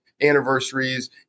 anniversaries